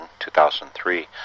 2003